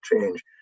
change